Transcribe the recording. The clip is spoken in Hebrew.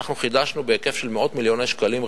ואנחנו חידשנו רכישות של דירות בהיקף של מאות מיליוני שקלים,